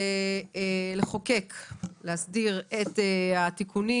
לחוקק ולהסדיר את התיקונים